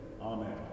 amen